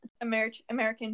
American